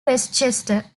westchester